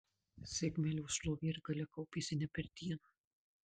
zigmelio šlovė ir galia kaupėsi ne per dieną